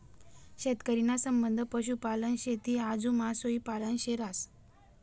शेतकरी ना संबंध पशुपालन, शेती आजू मासोई पालन शे रहास